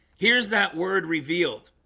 here's that word revealed